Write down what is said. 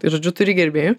tai žodžiu turi gerbėjų